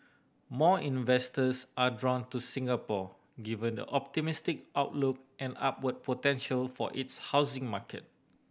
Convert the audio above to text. more investors are drawn to Singapore given the optimistic outlook and upward potential for its housing market